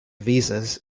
visas